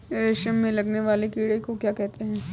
रेशम में लगने वाले कीड़े को क्या कहते हैं?